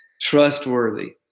trustworthy